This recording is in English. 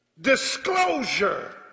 disclosure